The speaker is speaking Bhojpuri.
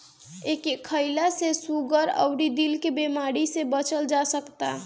एके खईला से सुगर अउरी दिल के बेमारी से बचल जा सकता